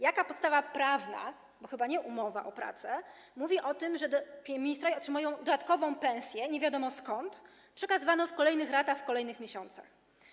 Jaka podstawa prawna, bo chyba nie umowa o pracę, mówi o tym, że ministrowie otrzymują dodatkową pensję, nie wiadomo skąd, przekazywaną w kolejnych ratach w kolejnych miesiącach?